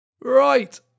Right